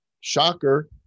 Shocker